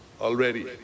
already